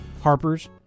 Harper's